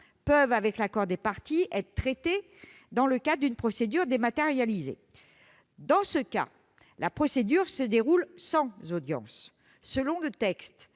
peuvent, avec l'accord des parties, être traitées dans le cadre d'une procédure dématérialisée. Dans ce cas, la procédure se déroule sans audience. Aux termes